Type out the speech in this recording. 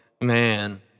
Man